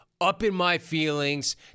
up-in-my-feelings